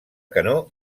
canó